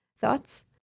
thoughts